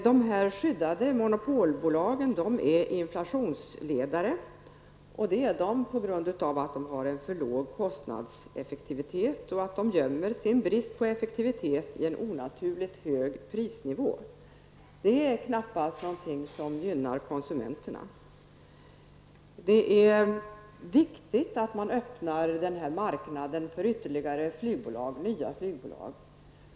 Dessa skyddade monopolbolag är inflationsledare på grund av att de har en för låg kostnadseffektivitet. De gömmer sin brist på effektivitet i en onaturligt hög prisnivå. Det är knappast någonting som gynnar konsumenterna. Det är viktigt att man öppnar den här marknaden för ytterligare flygbolag, nya flygbolag.